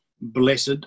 Blessed